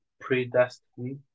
predestined